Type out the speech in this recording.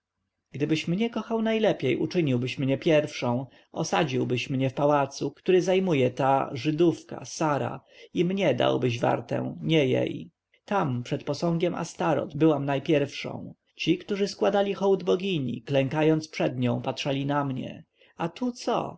gdybyś mnie kochał najlepiej uczyniłbyś mnie pierwszą osadziłbyś mnie w pałacu który zajmuje ta żydówka sara i mnie dałbyś wartę nie jej tam przed posągiem astoreth byłam najpierwszą ci którzy składali hołd bogini klękając przed nią patrzyli na mnie a tu co